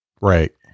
Right